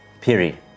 Piri